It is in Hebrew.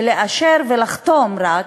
ולאשר, ולחתום רק,